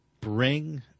bring